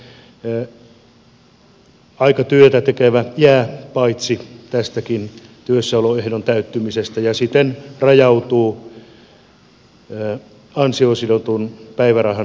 moni osa aikatyötä tekevä jää paitsi tästäkin työssäoloehdon täyttymisestä ja siten rajautuu ansioon sidotun päivärahan ulkopuolelle